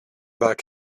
back